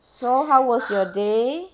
so how was your day